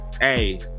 hey